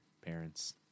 parents